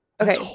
Okay